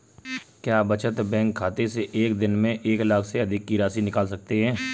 क्या बचत बैंक खाते से एक दिन में एक लाख से अधिक की राशि निकाल सकते हैं?